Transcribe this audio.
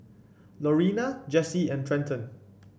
Lorena Jessi and Trenton